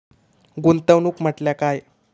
गुंतवणूक म्हटल्या काय?